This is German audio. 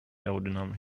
aerodynamik